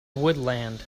woodland